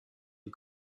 die